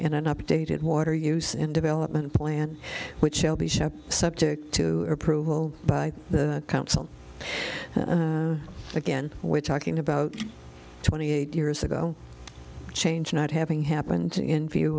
and an updated water use and development plan which i'll be subject to approval by the council again we're talking about twenty eight years ago change not having happened in view